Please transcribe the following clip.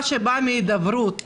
מה שבא מהידברות,